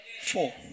four